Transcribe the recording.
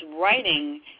writing